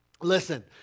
Listen